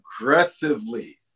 aggressively